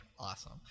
Awesome